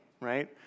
right